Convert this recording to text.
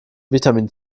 vitamin